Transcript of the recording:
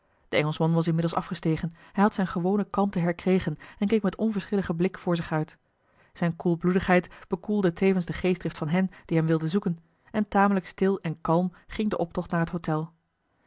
de engelschman was inmiddels afgestegen hij had zijne gewone kalmte herkregen en keek met onverschilligen blik voor zich uit zijne koelbloedigheid bekoelde tevens de geestdrift van hen die hem wilden zoeken en tamelijk stil en kalm ging de optocht naar het hôtel